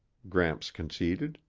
gramps conceded.